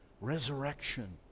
resurrection